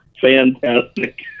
fantastic